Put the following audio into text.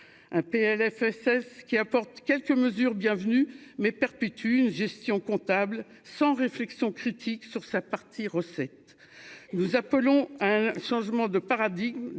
un PLFSS qui apporte quelques mesures bienvenue mais perpétue une gestion comptable sans réflexion critique sur sa partie recettes, nous appelons un changement de paradigme